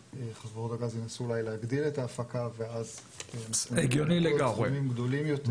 שחברות הגז ינסו אולי להגדיל את ההפקה ואז הסכומים יהיו גדולים יותר.